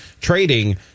trading